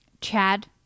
Chad